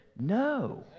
No